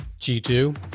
G2